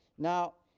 now